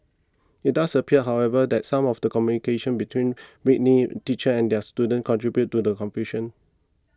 it does appear however that some of the communication between Whitley teachers and their students contributed to the confusion